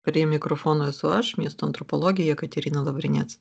prie mikrofono esu aš miesto antropologė jekaterina lavrinec